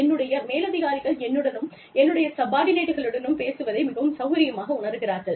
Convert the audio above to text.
என்னுடைய மேலதிகாரிகள் என்னுடனும் என்னுடைய சப்பார்ட்டினேட்களுடனும் பேசுவதை மிகவும் சௌகரியமாக உணருகிறார்கள்